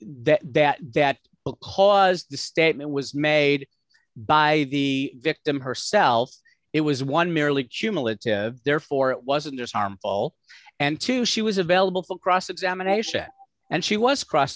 that that will cause the statement was made by the victim herself it was one merely cumulative therefore it wasn't as harmful and two she was available for cross examination and she was cross